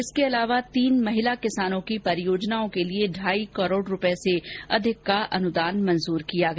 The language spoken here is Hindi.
इसके अलावा तीन महिला किसानों की परियोजनाओं के लिए ढाई करोड रूपये से अधिक का अनुदान मंजूर किया गया